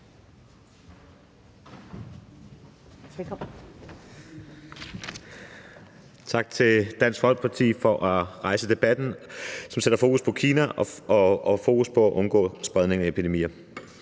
Tak til Dansk Folkeparti for at rejse debatten, som sætter fokus på Kina og på at undgå spredning af epidemier.